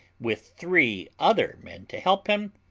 with three other men to help him,